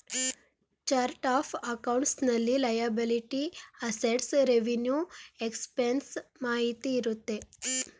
chart of accounts ನಲ್ಲಿ liability, assets, revenue expenses ಮಾಹಿತಿ ಇರುತ್ತೆ